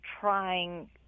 trying